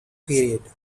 period